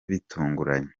bitunguranye